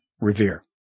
Revere